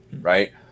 right